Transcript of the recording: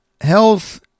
health